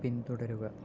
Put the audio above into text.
പിന്തുടരുക